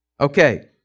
Okay